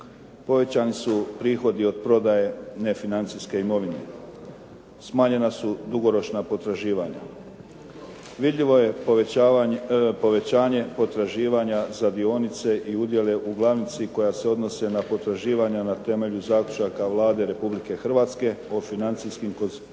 Povećani su prihodi od prodaje nefinancijske imovine. Smanjena su dugoročna potraživanja. Vidljivo je povećanje potraživanja za dionice i udjele u glavnici koja se odnose na potraživanja na temelju zaključaka Vlade Republike Hrvatske o financijskim konsolidacijama